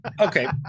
Okay